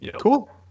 Cool